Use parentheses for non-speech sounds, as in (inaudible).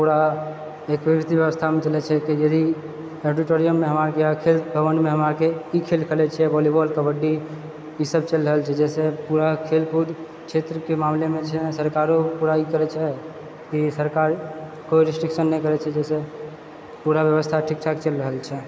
ओकरा (unintelligible) छियै कि जे भी ऑडीटोरियममे हमरा आरके जाइत छियै भवनमे हमरा आरके सीखै लऽ खेलै छियै वोलीबॉल खेलै छी ई सब खेल रहल छै जे सब पूरा खेलकूद क्षेत्रके मामलेमे जँ सरकारो थोड़ा ई करैत रहै कि सरकार कोइ रजिट्रेशन करै छै जाहिसँ पूरा व्यवस्था ठीकठाक चलि रहल छै